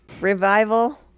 Revival